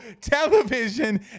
television